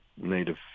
native